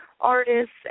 artists